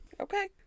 Okay